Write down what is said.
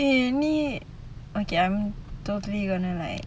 eh ini okay I'm totally gonna like